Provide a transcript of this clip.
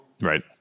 right